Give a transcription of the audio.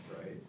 right